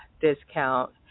discount